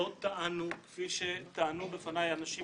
לא מסתכלים רק על האדם הפרטי,